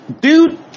Dude